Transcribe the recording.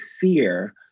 fear